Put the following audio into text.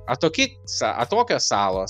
atoki sa atokios salos